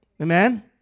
Amen